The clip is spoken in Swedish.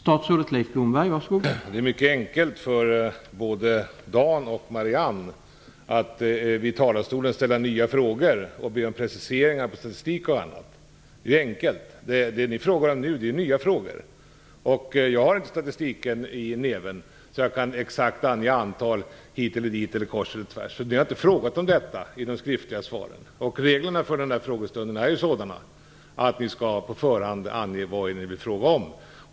Herr talman! Det är mycket enkelt för både Marianne Andersson och Dan Ericsson att i talarstolen ställa nya frågor och be om preciseringar av statistiken och annat. Men ni ställer nu nya frågor. Jag har inte statistiken i näven så att jag exakt kan ange antal hit eller dit, kors eller tvärs. Ni har inte frågat om detta i de skriftliga frågorna. Reglerna för denna frågestund är sådana att ni på förhand skall ange vad ni vill fråga om.